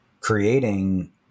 creating